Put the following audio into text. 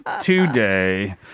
today